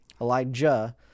elijah